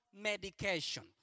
medication